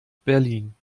berlin